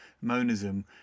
Monism